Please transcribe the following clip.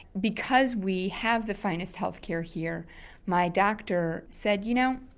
because we have the finest health care here my doctor said you know,